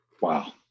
Wow